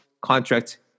contract